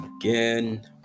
again